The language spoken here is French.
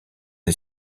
est